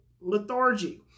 lethargy